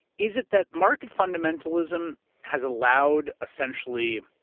is it that market fundamentalism has allowed, essentially,